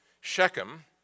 Shechem